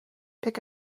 pick